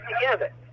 together